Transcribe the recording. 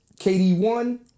KD1